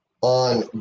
on